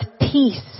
peace